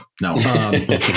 no